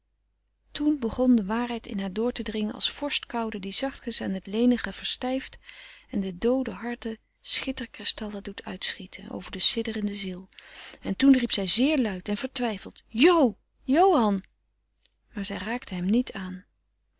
toen begon de waarheid in haar door te dringen als vorst koude die zachtkens aan het lenige verstijft en de doode harde schitterkristallen doet uitschieten frederik van eeden van de koele meren des doods over de sidderende ziel en toen riep zij zeer luid en vertwijfeld jo johan maar zij raakte hem niet aan